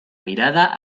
mirada